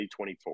2024